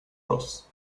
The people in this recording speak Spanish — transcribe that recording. bros